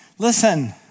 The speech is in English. Listen